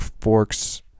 forks